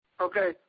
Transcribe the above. Okay